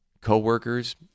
co-workers